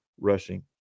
rushing